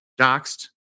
doxed